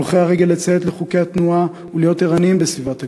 על הולכי הרגל לציית לחוקי התנועה ולהיות ערניים בסביבת הכביש,